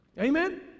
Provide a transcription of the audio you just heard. amen